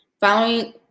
Following